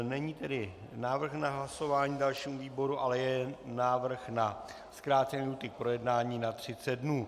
Není tedy návrh na hlasování dalšímu výboru, ale je návrh na zkrácení lhůty k projednání na 30 dnů.